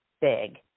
big